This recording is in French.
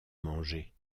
manger